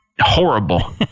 horrible